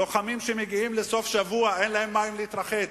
לוחמים שמגיעים לסוף-שבוע ואין להם מים להתרחץ,